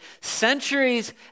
centuries